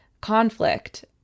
conflict